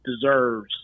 deserves